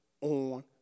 on